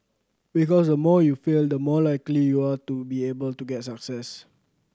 because the more you fail the more likely you are to be able to get success